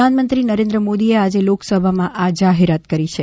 પ્રધાનમંત્રી નરેન્દ્ર મોદીએ આજે લોકસભામાં આ જાહેરાત કરી છે